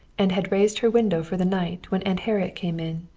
and had raised her window for the night when aunt harriet came in.